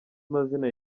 mazina